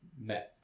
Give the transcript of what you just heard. meth